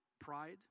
pride